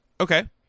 Okay